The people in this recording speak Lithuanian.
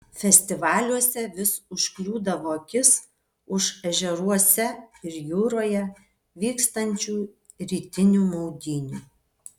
festivaliuose vis užkliūdavo akis už ežeruose ir jūroje vykstančių rytinių maudynių